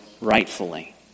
rightfully